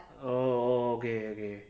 oh oh oh okay okay